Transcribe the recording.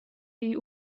jej